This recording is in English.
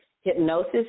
hypnosis